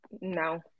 No